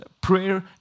prayer